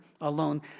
alone